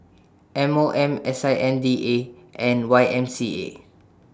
M O M S I N D A and Y M C A